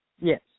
Yes